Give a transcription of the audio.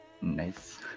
Nice